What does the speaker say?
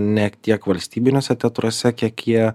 ne tiek valstybiniuose teatruose kiek jie